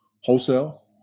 wholesale